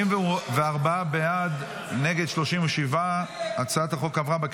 בעד 44, 37 נגד.